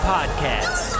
Podcast